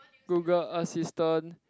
Google assistant